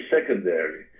secondary